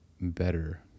better